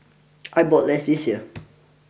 I bought less this year